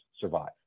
survive